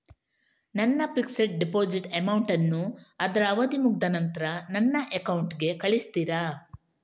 ನನ್ನ fixed deposit amount ಅನ್ನು ಅದ್ರ ಅವಧಿ ಮುಗ್ದ ನಂತ್ರ ನನ್ನ ಅಕೌಂಟ್ ಗೆ ಕಳಿಸ್ತೀರಾ?